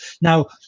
Now